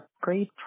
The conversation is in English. great